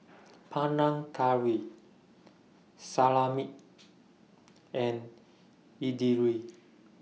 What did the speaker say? Panang Curry Salami and Idili